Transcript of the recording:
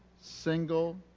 single